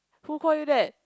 who call you that